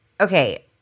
okay